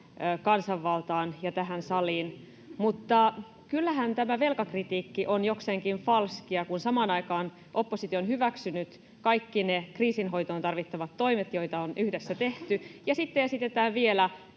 kansanvaltaan ja tähän saliin, mutta kyllähän tämä velkakritiikki on jokseenkin falskia, kun samaan aikaan oppositio on hyväksynyt kaikki ne kriisinhoitoon tarvittavat toimet, joita on yhdessä tehty, ja sitten esitetään vielä